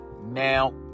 Now